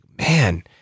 man